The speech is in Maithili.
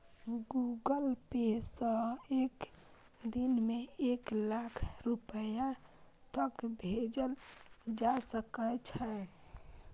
गूगल पे सं एक दिन मे एक लाख रुपैया तक भेजल जा सकै छै